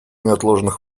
неотложных